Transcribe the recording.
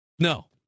No